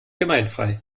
gemeinfrei